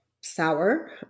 sour